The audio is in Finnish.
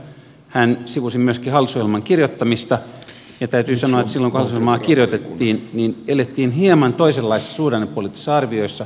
hän sivusi myöskin hallitusohjelman kirjoittamista ja täytyy sanoa että silloin kun hallitusohjelmaa kirjoitettiin elettiin hieman toisenlaisissa suhdannepoliittisissa arvioissa